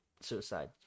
suicide